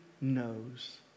knows